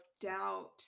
doubt